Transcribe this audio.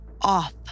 off